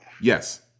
Yes